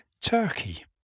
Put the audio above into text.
Turkey